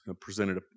presented